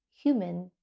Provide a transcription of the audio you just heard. human